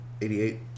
88